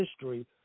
history